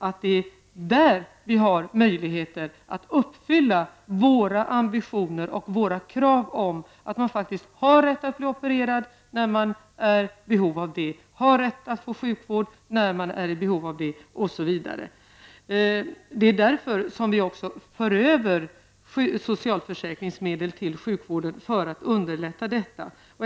Där har vi möjligheter att uppfylla våra ambitioner och våra krav på att alla skall ha rätt att bli opererade när man är i behov av det och rätt att få sjukvård när man är i behov av det osv. För att underlätta detta för vi också över socialförsäkringsmedel till sjukvården.